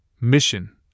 mission